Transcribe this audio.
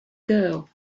girl